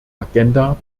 agenda